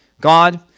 God